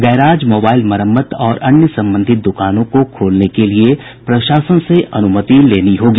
garage mobile मरम्मत और अन्य संबंधित दुकानों को खोलने के लिये प्रशासन से अनुमति लेनी होगी